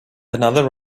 another